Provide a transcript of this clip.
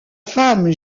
femme